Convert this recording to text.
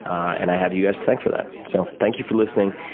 and i have you guys to thank for that. so thank you for listening,